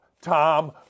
Tom